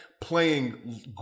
playing